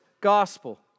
gospel